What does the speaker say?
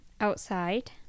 Outside